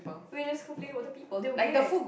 realise complaint about the people they weird